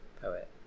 poet